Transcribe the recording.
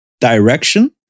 direction